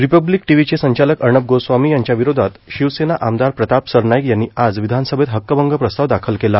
Republic टीव्हीचे संचालक अर्णब गोस्वामी यांच्याविरोधात शिवसेना आमदार प्रताप सरनाईक यांनी आज विधानसभेत हक्कभंग प्रस्ताव दाखल केला